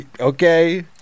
okay